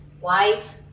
wife